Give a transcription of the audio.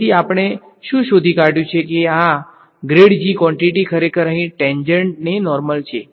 તેથી આપણે શું શોધી કાઢ્યું છે કે આ કવોંટીટી ખરેખર અહીં ટેન્જંટ ને નોર્મલ છે